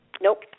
nope